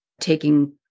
taking